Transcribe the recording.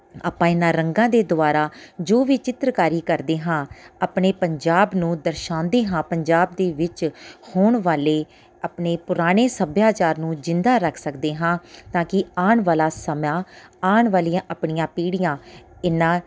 ਆਪਾਂ ਇਨ੍ਹਾਂ ਰੰਗਾਂ ਦੇ ਦੁਆਰਾ ਜੋ ਵੀ ਚਿੱਤਰਕਾਰੀ ਕਰਦੇ ਹਾਂ ਆਪਣੇ ਪੰਜਾਬ ਨੂੰ ਦਰਸਾਉਂਦੇ ਹਾਂ ਪੰਜਾਬ ਦੇ ਵਿੱਚ ਹੋਣ ਵਾਲੇ ਆਪਣੇ ਪੁਰਾਣੇ ਸੱਭਿਆਚਾਰ ਨੂੰ ਜਿੰਦਾ ਰੱਖ ਸਕਦੇ ਹਾਂ ਤਾਂ ਕਿ ਆਉਣ ਵਾਲਾ ਸਮਾਂ ਆਉਣ ਵਾਲੀਆਂ ਆਪਣੀਆਂ ਪੀੜ੍ਹੀਆਂ ਇਹਨਾਂ